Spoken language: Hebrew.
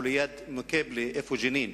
שהוא ליד מוקיבלה ליד ג'נין.